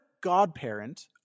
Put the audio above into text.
godparent